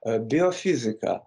a biofizika